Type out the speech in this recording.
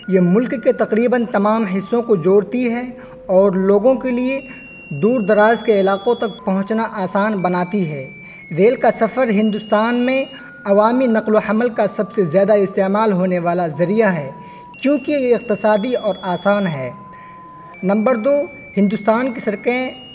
یہ ملک کے تقریباً تمام حصوں کو جوڑتی ہے اور لوگوں کے لیے دور دراز کے علاقوں تک پہنچنا آسان بناتی ہے ریل کا سفر ہندوستان میں عوامی نقل و حمل کا سب سے زیادہ استعمال ہونے والا ذریعہ ہے کیوںکہ یہ اقتصادی اور آسان ہے نمبر دو ہندوستان کی سڑکیں